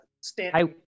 stand